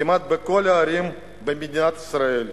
כמעט בכל הערים במדינת ישראל,